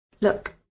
look